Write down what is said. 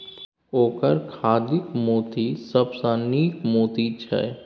ओकर खाधिक मोती सबसँ नीक मोती छै